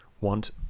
want